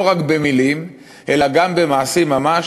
לא רק במילים אלא גם במעשים ממש,